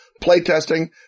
playtesting